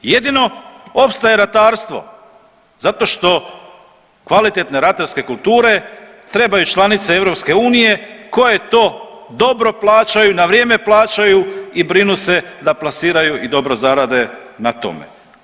Jedino opstaje ratarstvo zato što kvalitetne ratarske kulture trebaju članice EU koje to dobro plaćaju, na vrijeme plaćaju i brinu se da dobro plasiraju i dobro zarade na tome.